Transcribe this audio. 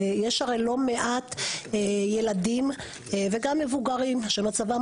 יש הרי לא מעט ילדים וגם מבוגרים שמצבם